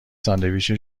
ساندویچ